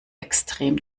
extrem